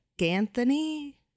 Anthony